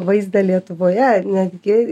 vaizdą lietuvoje netgi